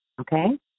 Okay